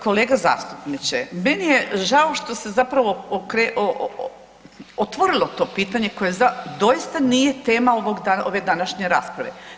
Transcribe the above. Kolega zastupniče, meni je žao što se zapravo otvorilo to pitanje koje doista nije tema ove današnje rasprave.